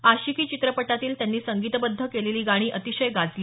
आशिकी चित्रपटातील त्यांनी संगीतबद्ध केलेली गाणी अतिशय गाजली